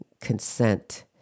consent